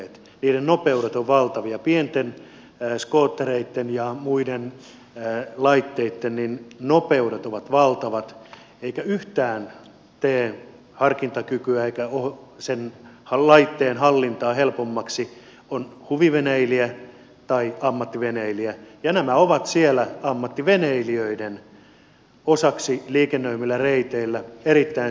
niiden nopeudet ovat valtavia pienten skoottereitten ja muiden laitteitten nopeudet ovat valtavat eikä yhtään tee harkintakykyä eikä sen laitteen hallintaa helpommaksi se onko huviveneilijä tai ammattiveneilijä ja nämä ovat siellä ammattiveneilijöiden osaksi liikennöimillä reiteillä erittäin suuri riski